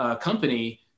company